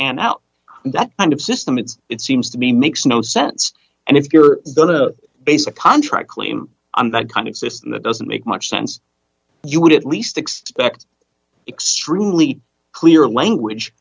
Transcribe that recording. now that kind of system it's it seems to me makes no sense and if you're going to base a contract claim on that kind of system that doesn't make much sense you would at least expect extrude leap clear language